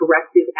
corrective